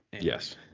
Yes